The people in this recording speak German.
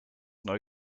neu